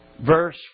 verse